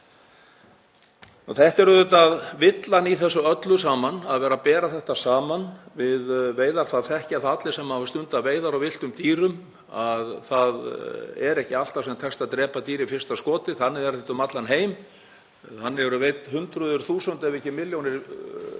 Þetta er auðvitað villan í þessu öllu saman, að vera að bera þetta saman við veiðar á villtum dýrum. Það þekkja það allir sem hafa stundað veiðar á villtum dýrum að það tekst ekki alltaf að drepa dýr í fyrsta skoti. Þannig er þetta um allan heim. Þannig eru veidd hundruð þúsunda ef ekki milljónir dýra